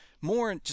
more